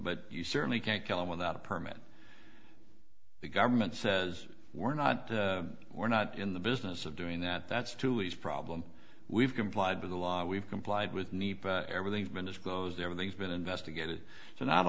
you certainly can't kill them without a permit the government says we're not we're not in the business of doing that that's to ease problem we've complied with the law we've complied with me everything's been disclosed everything's been investigated so not